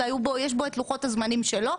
ויש בו את לוחות הזמנים שלו.